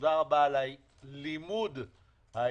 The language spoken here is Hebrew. תודה רבה על הלימוד האישי,